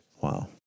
Wow